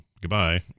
Goodbye